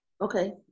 Okay